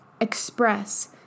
express